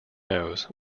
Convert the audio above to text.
nose